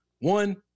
One